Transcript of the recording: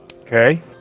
Okay